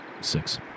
Six